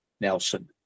Nelson